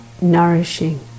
nourishing